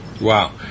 Wow